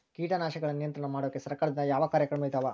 ಕೇಟನಾಶಕಗಳ ನಿಯಂತ್ರಣ ಮಾಡೋಕೆ ಸರಕಾರದಿಂದ ಯಾವ ಕಾರ್ಯಕ್ರಮ ಇದಾವ?